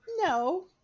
No